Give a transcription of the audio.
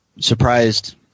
surprised